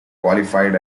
qualified